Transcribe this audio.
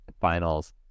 Finals